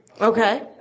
Okay